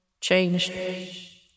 Changed